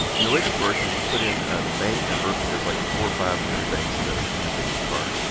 and the way this works is you put in the bank number. there's like four or five memory banks in the in the video card.